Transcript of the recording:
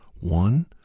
One